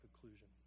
conclusion